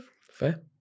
Fair